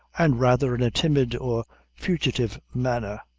and rather in a timid or fugitive manner,